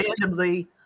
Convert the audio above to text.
randomly